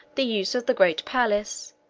the use of the great palace,